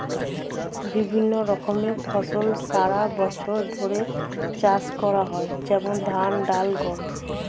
বিভিন্ন রকমের ফসল সারা বছর ধরে চাষ করা হয়, যেমন ধান, ডাল, গম